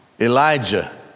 Elijah